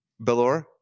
Belor